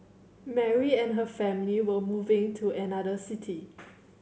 Mary and her family were moving to another city